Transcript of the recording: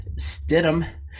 Stidham